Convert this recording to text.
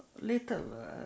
little